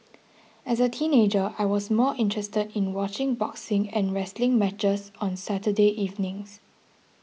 as a teenager I was more interested in watching boxing and wrestling matches on Saturday evenings